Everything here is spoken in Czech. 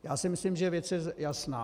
Já si myslím, že věc je jasná.